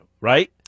Right